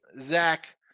Zach